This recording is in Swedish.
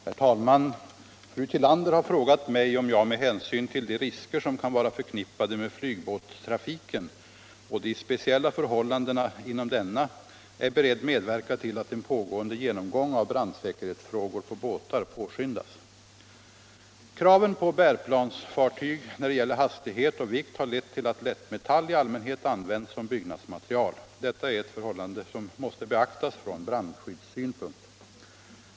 Herr talman! Fru Tillander har frågat mig om jag med hänsyn till de risker som kan vara förknippade med flygbåtstrafiken och de speciella förhållandena inom denna är beredd medverka till att en pågående genomgång av brandsäkerhetsfrågor på båtar påskyndas. Kraven på bärplansfartyg när det gäller hastighet och vikt har lett till att lättmetall i allmänhet används som byggnadsmaterial. Detta är ett förhållande som måste beaktas från brandskyddssynpunkt.